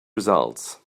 results